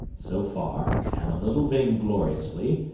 so far, and a little vaingloriously,